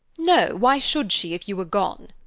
no, why should she if you are gone?